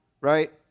right